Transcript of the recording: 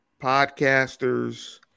podcasters